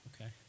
Okay